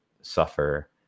suffer